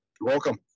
welcome